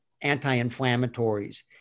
anti-inflammatories